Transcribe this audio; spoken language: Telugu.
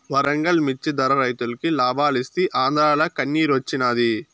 వరంగల్ మిచ్చి ధర రైతులకి లాబాలిస్తీ ఆంద్రాల కన్నిరోచ్చినాది